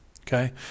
okay